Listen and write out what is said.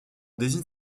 désigne